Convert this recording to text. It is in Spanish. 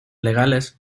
legales